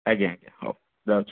ଆଜ୍ଞା ଆଜ୍ଞା ହଉ ଯାଉଛି